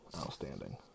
outstanding